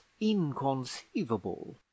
inconceivable